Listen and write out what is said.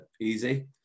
easy